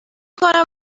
کنم